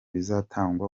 bizatangwa